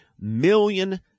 million